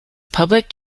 public